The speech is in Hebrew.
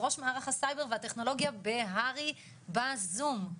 ראש מערך הסייבר והטכנולוגיה בהר"י בזום,